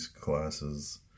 classes